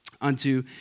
unto